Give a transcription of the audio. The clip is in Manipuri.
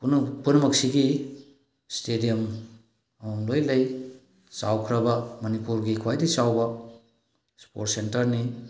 ꯄꯨꯝꯅꯃꯛ ꯄꯨꯝꯅꯃꯛꯁꯤꯒꯤ ꯁ꯭ꯇꯦꯗꯤꯌꯝ ꯑꯃꯃꯝ ꯂꯣꯏꯅ ꯂꯩ ꯆꯥꯎꯈ꯭ꯔꯕ ꯃꯅꯤꯄꯨꯔꯒꯤ ꯈ꯭ꯋꯥꯏꯗꯒꯤ ꯆꯥꯎꯕ ꯁ꯭ꯄꯣꯔꯠ ꯁꯦꯟꯇꯔꯅꯤ